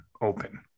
open